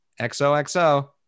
XOXO